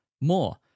more